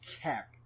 Cap